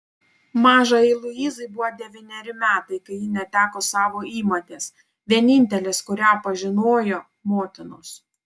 mažajai luizai buvo devyneri metai kai ji neteko savo įmotės vienintelės kurią pažinojo motinos